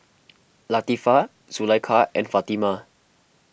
Latifa Zulaikha and Fatimah